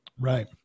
Right